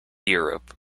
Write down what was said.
europe